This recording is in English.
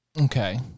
Okay